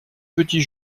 petit